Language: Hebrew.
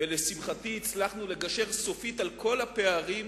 ולשמחתי הצלחנו לגשר סופית על כל הפערים